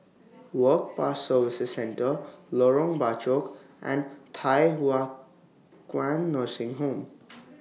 Work Pass Services Centre Lorong Bachok and Thye Hua Kwan Nursing Home